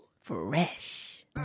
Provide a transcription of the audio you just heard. Fresh